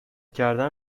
کردن